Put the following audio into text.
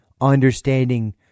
understanding